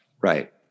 Right